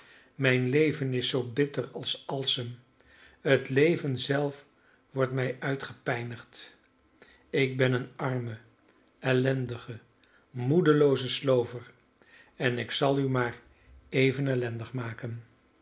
mijn leven is zoo bitter als alsem het leven zelf wordt mij uitgepijnigd ik ben een arme ellendige moedelooze slover en ik zal u maar even ellendig maken